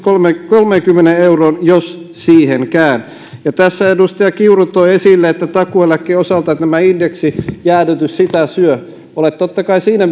kolmeenkymmeneen euroon jos siihenkään tässä edustaja kiuru toi esille takuueläkkeen osalta että tämä indeksijäädytys sitä syö olette totta kai siinä